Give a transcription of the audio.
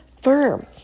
firm